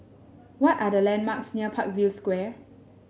what are the landmarks near Parkview Square